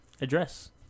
address